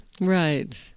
Right